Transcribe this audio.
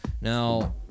now